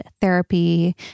therapy